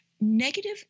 negative